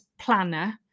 planner